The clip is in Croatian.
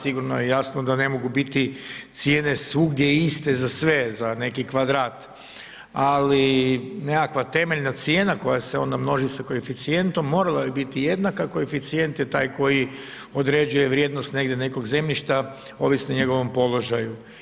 Sigurno je jasno da ne mogu biti cijene svugdje iste za sve za neki kvadrat, ali nekakav temeljna cijena koja se onda množi sa koeficijentom morala bi biti jednaka, koeficijent je taj koji određuje vrijednost negdje nekog zemljišta ovisno o njegovom položaju.